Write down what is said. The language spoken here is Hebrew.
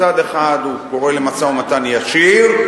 מצד אחד הוא קורא למשא-ומתן ישיר,